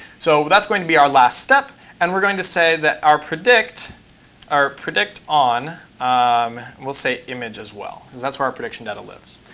so that's going to be our last step, and we're going to say that our predict our predict on, and um we'll say image as well because that's where our prediction data lives.